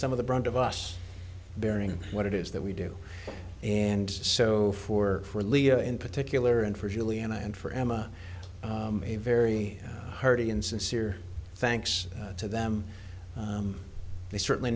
some of the brunt of us bearing what it is that we do and so for for leah in particular and for julie and i and for emma a very hearty and sincere thanks to them they certainly